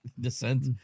descent